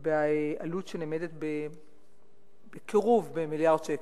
בעלות שנמדדת בקרוב למיליארד שקל.